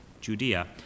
Judea